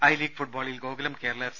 I League ഫുട്ബോളിൽ Gokulam Kerala F